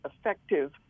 effective